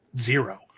zero